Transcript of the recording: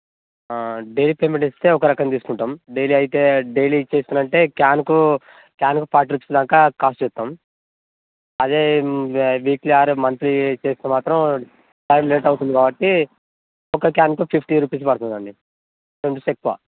daily payment ఇస్తే ఒక రకంగా తీసుకుంటాము డైలీ అయితే డైలీ ఇచ్చేస్తాను అంటే క్యాన్కు క్యాన్కు ఫార్టీ రూపీస్ దాకా కాస్ట్ చేస్తాము అదే వీక్లీ ఆర్ మంత్లీ చేస్తే మాత్రం టైం లేట్ అవుతుంది కాబట్టి ఒక్క క్యాన్కి ఫిఫ్టీ రూపీస్ పడుతుంది ట్వంటీ రుపీస్ ఎక్కువ